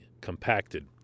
compacted